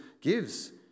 gives